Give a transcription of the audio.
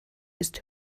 ist